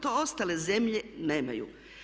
To ostale zemlje nemaju.